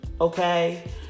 Okay